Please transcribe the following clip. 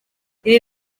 ibi